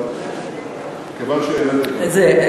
אבל כיוון שהעלית את זה.